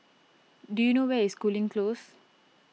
do you know where is Cooling Close